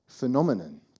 Phenomenon